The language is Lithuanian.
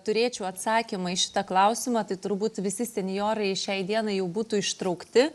turėčiau atsakymą į šitą klausimą tai turbūt visi senjorai šiai dienai jau būtų ištraukti